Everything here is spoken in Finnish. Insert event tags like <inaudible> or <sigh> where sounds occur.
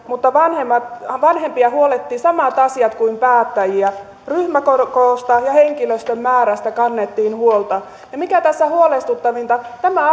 mutta vanhempia huoletti samat asiat kuin päättäjiä ryhmäkoosta ja henkilöstön määrästä kannettiin huolta ja mikä tässä huolestuttavinta tämä <unintelligible>